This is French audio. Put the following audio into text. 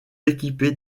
équipés